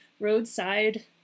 roadside